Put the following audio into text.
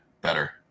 better